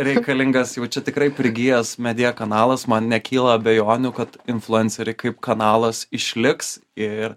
reikalingas jau čia tikrai prigijęs media kanalas man nekyla abejonių kad influenceriai kaip kanalas išliks ir